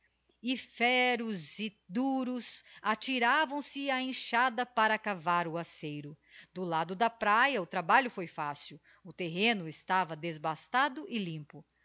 e feros e duros atiravam se á enxada para cavar o aceiro do lado da praia o trabalho foi fácil o terreno estava desbastado e limpo